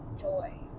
joy